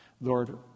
Lord